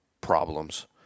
problems